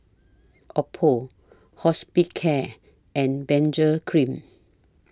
Oppo Hospicare and Benzac Cream